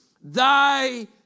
Thy